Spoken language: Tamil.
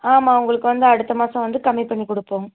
ஆமாம் உங்களுக்கு வந்து அடுத்த மாதம் வந்து கம்மி பண்ணி கொடுப்போம்